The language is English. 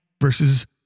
versus